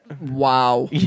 Wow